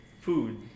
food